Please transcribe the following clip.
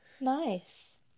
Nice